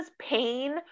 pain